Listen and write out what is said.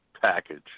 package